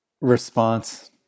response